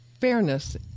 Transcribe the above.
fairness